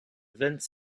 vingt